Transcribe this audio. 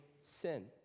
sin